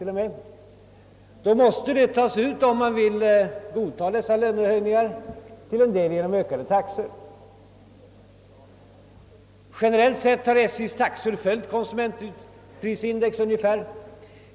Lönehöjningarna måste därför till en del tas ut genom ökade taxor. Generellt sett har SJ:s taxor ungefär följt konsumentprisindex.